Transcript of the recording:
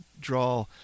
draw